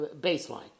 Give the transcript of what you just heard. baseline